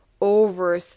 over